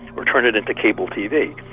or turn it into cable tv.